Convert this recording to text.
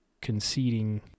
conceding